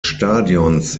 stadions